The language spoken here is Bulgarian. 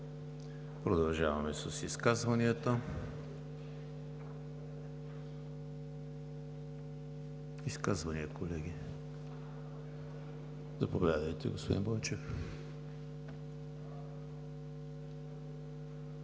Продължаваме с изказванията. Изказвания, колеги? Заповядайте, господин Бойчев.